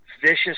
vicious